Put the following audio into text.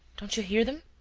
don't you hear them?